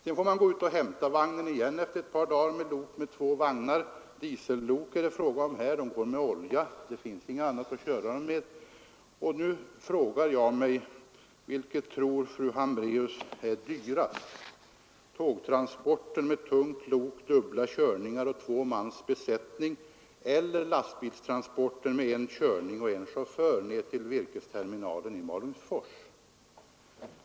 Sedan får man hämta vagnen efter ett par dagar med ett lok med två man. Det är fråga om diesellok, och de går med olja — det finns inget annat drivmedel att köra dem med. Nu frågar jag: Vilket tror fru Hambraeus är dyrast — tågtransporten med tungt lok, dubbla körningar och två mans besättning eller lastbilstransporten med en körning och en chaufför ned till virkesterminalen i Malungsfors?